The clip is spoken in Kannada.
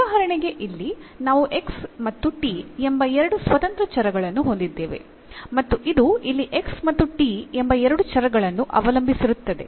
ಉದಾಹರಣೆಗೆ ಇಲ್ಲಿ ನಾವು x ಮತ್ತು t ಎಂಬ ಎರಡು ಸ್ವತಂತ್ರ ಚರಗಳನ್ನು ಹೊಂದಿದ್ದೇವೆ ಮತ್ತು ಇದು ಇಲ್ಲಿ x ಮತ್ತು t ಎಂಬ ಎರಡು ಚರಗಳನ್ನು ಅವಲಂಬಿಸಿರುತ್ತದೆ